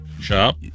shop